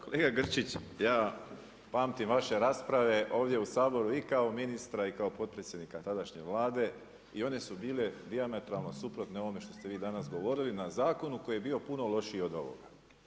Kolega Grčić, ja pamtim vaše rasprave ovdje u Saboru i kao ministra i kao potpredsjednika tadašnje Vlade i one su bile dijametralno suprotne ovome što ste vi danas govorili na zakonu koji je bio lošiji od ovoga.